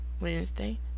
Wednesday